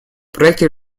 проекте